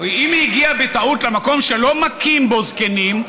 אם היא הגיעה בטעות למקום שלא מכים בו זקנים,